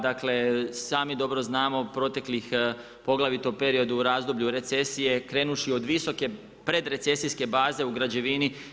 Dakle i sami dobro znamo proteklih poglavito period u razdoblju recesije krenuvši od visoke predrecesijske baze u građevini.